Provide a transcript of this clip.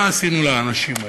מה עשינו לאנשים האלה,